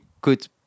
good